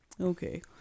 Okay